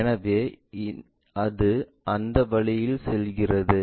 எனவே அது அந்த வழியில் செல்கிறது